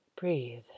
Breathe